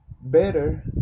better